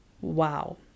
Wow